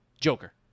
Joker